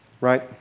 Right